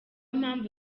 mpamvu